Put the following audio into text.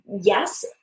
Yes